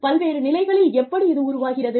பல்வேறு நிலைகளில் எப்படி இது உருவாகிறது